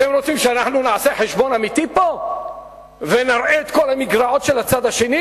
אתם רוצים שאנחנו נעשה חשבון אמיתי פה ונראה את כל המגרעות של הצד השני?